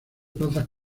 plazas